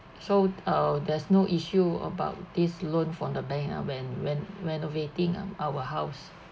so uh there's no issue about this loan from the bank ah when when renovating um our house